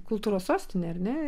kultūros sostinė ar ne